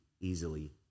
easily